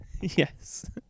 Yes